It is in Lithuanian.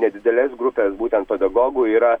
nedidelės grupės būtent pedagogų yra